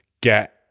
get